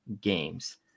games